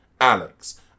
Alex